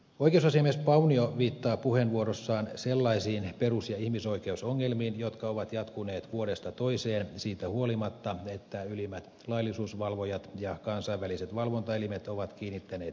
oikeusasiamies paunio viittaa puheenvuorossaan sellaisiin perus ja ihmisoikeusongelmiin jotka ovat jatkuneet vuodesta toiseen siitä huolimatta että ylimmät laillisuusvalvojat ja kansainväliset valvontaelimet ovat kiinnittäneet niihin huomiota